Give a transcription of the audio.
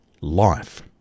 life